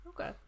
okay